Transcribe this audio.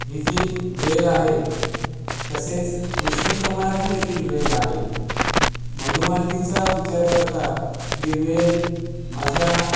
हे जी वेल आहे तसेच कृष्णकमळाचीदेखील वेल आहे मधुमालतीचा विचार करता हे वेल माझ्या